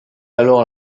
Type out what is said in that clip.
alors